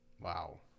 Wow